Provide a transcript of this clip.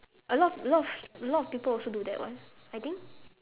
a lot a lot of a lot of people also do that [what] I think